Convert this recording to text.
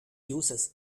uses